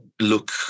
look